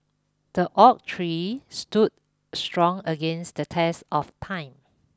the oak tree stood strong against the test of time